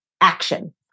action